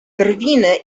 drwiny